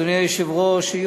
אדוני היושב-ראש,